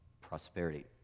Prosperity